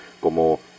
como